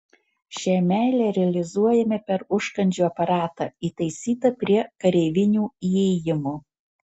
šią meilę realizuojame per užkandžių aparatą įtaisytą prie kareivinių įėjimo